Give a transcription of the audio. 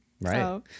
Right